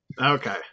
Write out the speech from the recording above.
okay